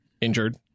injured